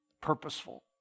purposeful